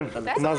כן, מה זה